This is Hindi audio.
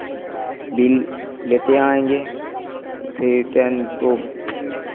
बिल लेते आएँगे फिर रिटेन तो